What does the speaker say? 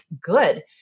good